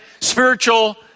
spiritual